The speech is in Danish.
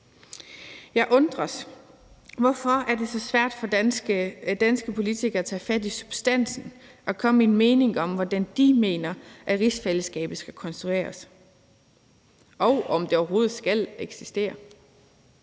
Jeg undrer mig over, hvorfor det er så svært for danske politikere at tage fat i substansen og komme med en mening om, hvordan de mener, at rigsfællesskabet skal konstrueres, og om det overhovedet skal eksistere.